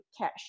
cash